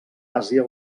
àsia